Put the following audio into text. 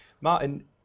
Martin